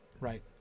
right